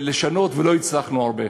לשנות, ולא הצלחנו הרבה.